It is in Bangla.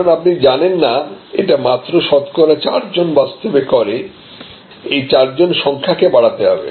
কারণ আপনি জানেন না এটা মাত্র শতকরা চারজন বাস্তবে করে এই চারজন সংখ্যাকে বাড়াতে হবে